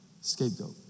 scapegoat